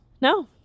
no